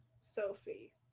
Sophie